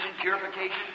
purification